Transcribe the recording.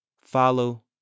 follow